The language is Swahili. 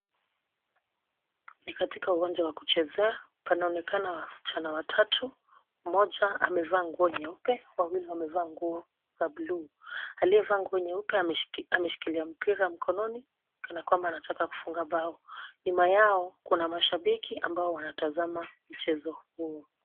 Ni katika uwanja wa kuchezea, panaonekana wasichana watatu, mmoja amevaa nguo nyeupe wawili wamevaa nguo za bluu. Aliyevaa nguo nyeupe ameshikilia mpira mkononi kana kwamba anataka kufunga bao. Nyuma yao kuna mashabiki ambao wanatazama mchezo huo.